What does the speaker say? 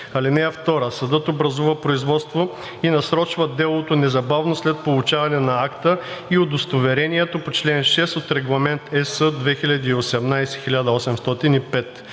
чл. 6. (2) Съдът образува производство и насрочва делото незабавно след получаване на акта и удостоверението по чл. 6 от Регламент (ЕС) 2018/1805.